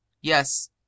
Yes